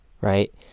right